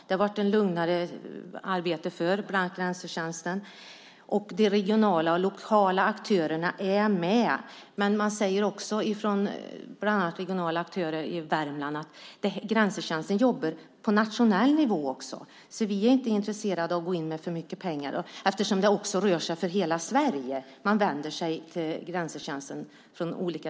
Det har gjort att det blivit lugnare för bland annat Grensetjänsten. Och de regionala och lokala aktörerna är med. Men regionala aktörer i bland annat Värmland säger att Grensetjänsten också jobbar på nationell nivå. De är inte intresserade av att gå in med för mycket pengar, eftersom man från hela Sverige vänder sig till Grensetjänsten.